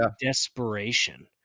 desperation